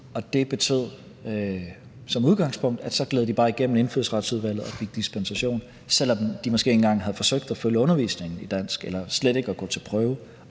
det betød som udgangspunkt, at så gled de bare igennem Indfødsretsudvalget og fik dispensation, selv om de måske ikke engang havde forsøgt at følge undervisningen i dansk eller slet ikke havde forsøgt